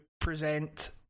present